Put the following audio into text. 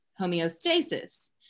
homeostasis